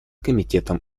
комитетом